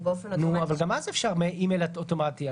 אבל גם אז אפשר מהאימייל באופן אוטומטי.